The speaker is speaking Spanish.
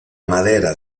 madera